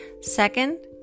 Second